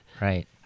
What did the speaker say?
right